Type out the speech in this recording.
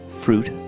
Fruit